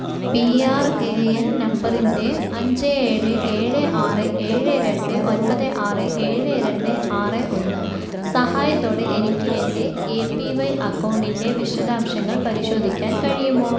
P R A N നമ്പറിൻ്റെ അഞ്ച് ഏഴ് ഏഴ് ആറ് ഏഴ് രണ്ട് ഒൻപത് ആറ് ഏഴ് രണ്ട് ആറ് ഒന്ന് സഹായത്തോടെ എനിക്ക് എൻ്റെ എ പി വൈ അക്കൗണ്ടിൻ്റെ വിശദാംശങ്ങൾ പരിശോധിക്കാൻ കഴിയുമോ